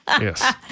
Yes